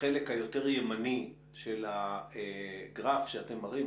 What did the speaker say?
לחלק היותר ימני של הגרף שאתם מראים,